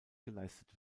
geleistet